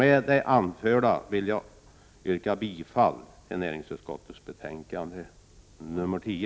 Med det anförda vill jag yrka bifall till hemställan i näringsutskottets betänkande 10.